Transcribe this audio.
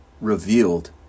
revealed